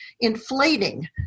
inflating